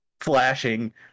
flashing